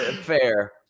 fair